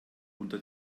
unter